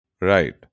Right